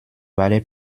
valait